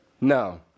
No